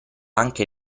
anche